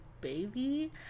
baby